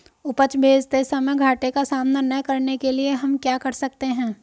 उपज बेचते समय घाटे का सामना न करने के लिए हम क्या कर सकते हैं?